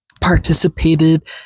participated